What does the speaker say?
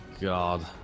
God